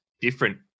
different